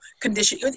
condition